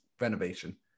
renovation